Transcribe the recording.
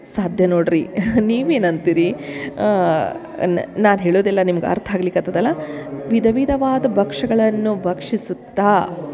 ಸಾಧ್ಯ ನೋಡ್ರಿ ನಿವೇನು ಅಂತೀರಿ ನಾನು ಹೇಳೋದು ಎಲ್ಲ ನಿಮ್ಗ ಅರ್ಥ ಅಗ್ಲಿಕತ್ತದ ಅಲ್ಲ ವಿಧ ವಿಧವಾದ ಭಕ್ಷ್ಯಗಳನ್ನ ಭಕ್ಷಿಸುತ್ತಾ